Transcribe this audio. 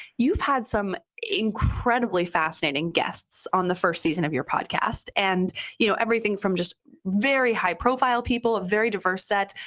you've had some incredibly fascinating guests on the first season of your podcast, and you know everything from just very high profile people, a very diverse set.